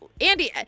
Andy